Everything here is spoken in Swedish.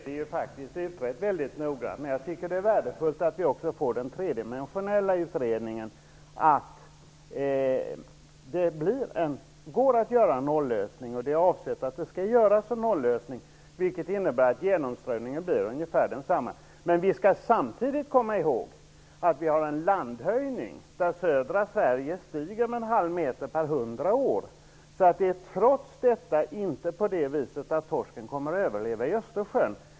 Herr talman! För det första är detta faktiskt utrett mycket noga. Men det är också mycket värdefullt att vi får en tredimensionell utredning som visar att det går att göra en nollösning. Avsikten är ju att åstadkomma en sådan lösning, vilket innebär att genomströmningen skall bli oförändrad. Men vi skall samtidigt komma ihåg att vi har en landhöjning, som leder till att södra Sverige stiger med en halv meter på 100 år. Trots nollösningen kommer torsken alltså inte att överleva i Östersjön.